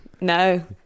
No